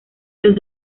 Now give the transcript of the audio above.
los